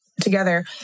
together